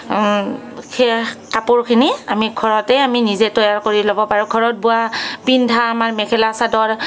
কাপোৰখিনি আমি ঘৰতে আমি নিজে তৈয়াৰ কৰি ল'ব পাৰো ঘৰত বোৱা পিন্ধা আমাৰ মেখেলা চাদৰ